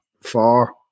four